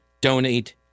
donate